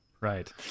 Right